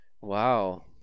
wow